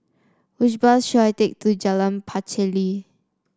which bus should I take to Jalan Pacheli